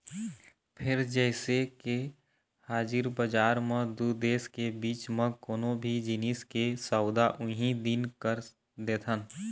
फेर जइसे के हाजिर बजार म दू देश के बीच म कोनो भी जिनिस के सौदा उहीं दिन कर देथन